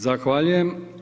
Zahvaljujem.